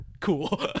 cool